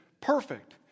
Perfect